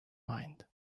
mind